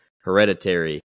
Hereditary